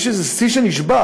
אני חושב שזה שיא שנשבר.